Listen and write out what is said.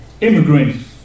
immigrants